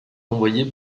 envoyé